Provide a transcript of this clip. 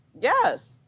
Yes